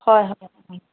হয় হয় ও